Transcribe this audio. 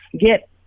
get